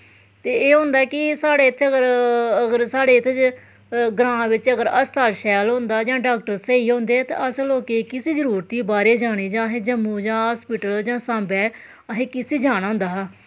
ते एह् होंदा कि साढ़े इत्थें अगर साढ़े इत्थें जे ग्रांऽ बिचा हस्ताल शैल होंदा जां डाक्टर स्हेई होंदा तां असैं लोकेंई किसी जरूरत ही बाह्रे जानें दी जां असें जम्मूं जां हस्पिटल जां सांबै असैं किसी जाना होंदा हा